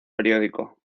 periódico